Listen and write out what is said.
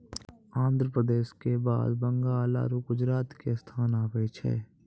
आन्ध्र प्रदेश के बाद बंगाल आरु गुजरात के स्थान आबै छै